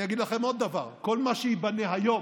אני אגיד לכם עוד דבר: כל מה שייבנה היום,